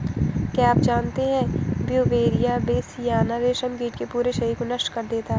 क्या आप जानते है ब्यूवेरिया बेसियाना, रेशम कीट के पूरे शरीर को नष्ट कर देता है